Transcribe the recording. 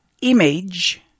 image